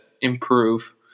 improve